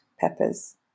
peppers